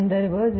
संदर्भ 1